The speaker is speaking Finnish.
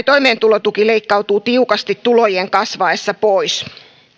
toimeentulotuki leikkautuu tiukasti tulojen kasvaessa pois